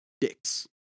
dicks